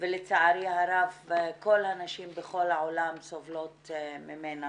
ולצערי הרב כל הנשים בכל העולם סובלות ממנה.